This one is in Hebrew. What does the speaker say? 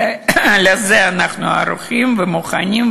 לזה אנחנו ערוכים ומוכנים,